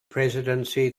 presidency